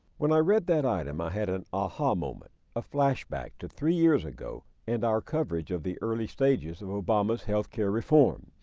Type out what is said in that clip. when i read that item i had an ah-ha moment. a flashback three years ago and our coverage of the early stages of obama's healthcare reform.